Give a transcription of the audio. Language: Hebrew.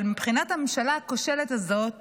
אבל מבחינת הממשלה הכושלת הזאת